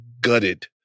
gutted